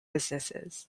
businesses